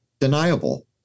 deniable